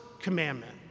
commandment